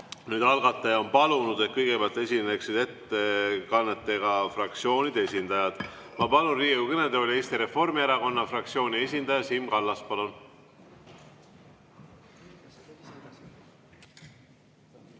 Algataja on palunud, et kõigepealt esineksid ettekannetega fraktsioonide esindajad. Palun Riigikogu kõnetooli Eesti Reformierakonna fraktsiooni esindaja. Siim Kallas, palun!